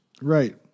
Right